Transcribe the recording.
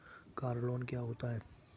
Car loan क्या होता है?